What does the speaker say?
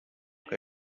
que